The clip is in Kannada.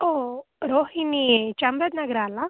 ಓಹ್ ರೋಹಿಣಿ ಜಾಮ್ರಾಜನಗರ ಅಲ್ವ